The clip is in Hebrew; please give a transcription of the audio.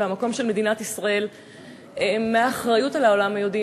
והמקום של מדינת ישראל באחריות לעולם היהודי,